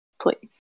Please